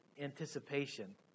anticipation